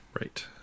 Right